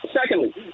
Secondly